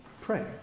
pray